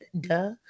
Duh